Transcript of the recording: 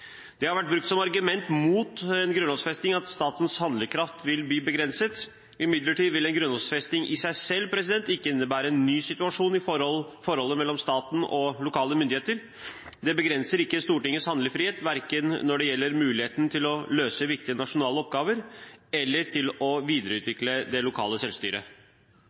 Det har vært brukt som argument mot grunnlovfesting at statens handlekraft vil bli begrenset. Imidlertid vil en grunnlovfesting i seg selv ikke innebære en ny situasjon i forholdet mellom staten og lokale myndigheter. Det begrenser ikke Stortingets handlefrihet, verken når det gjelder muligheten til å løse viktige nasjonale oppgaver eller til å videreutvikle det lokale selvstyret.